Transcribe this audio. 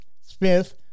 Smith